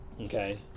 Okay